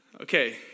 Okay